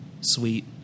sweet